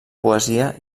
poesia